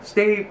Stay